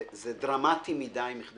זה דרמטי מדי.